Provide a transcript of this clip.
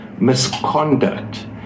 misconduct